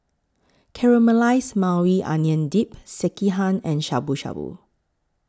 Caramelized Maui Onion Dip Sekihan and Shabu Shabu